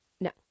no